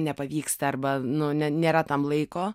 nepavyksta arba nu ne nėra tam laiko